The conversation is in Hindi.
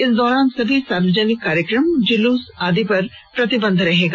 इस दौरान सभी सार्वजनिक कार्यक्रम जुलूस रैली आदि पर प्रतिबंध रहेगा